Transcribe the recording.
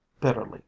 Bitterly